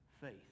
faith